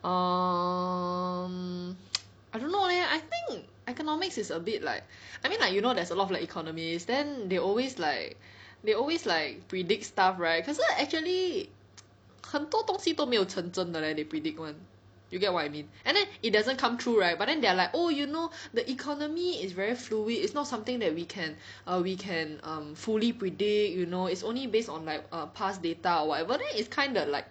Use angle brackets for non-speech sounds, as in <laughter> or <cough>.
um <noise> I don't know leh I think economics is a bit like I mean like you know there's a lot of economists then they always like they always like predict stuff right 可是 actually <noise> 很多东西都没有成真的 leh they predict one you get what I mean and then it doesn't come true right but then they are like oh you know the economy is very fluid it's not something that we can err we can um fully predict you know is only based on like err past data or whatever then it's kinda like